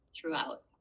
throughout